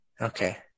Okay